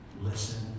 listen